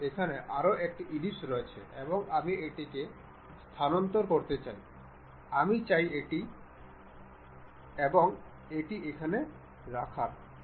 আমরা এই ভিউ অক্ষটি নির্বাচন করব